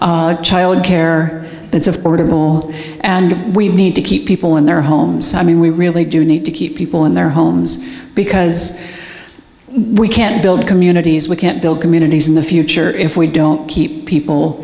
child care that's affordable and we need to keep people in their homes i mean we really do need to keep people in their homes because we can't build communities we can't build communities in the future if we don't keep people